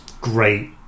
great